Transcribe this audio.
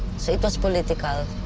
so it was political.